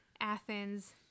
Athens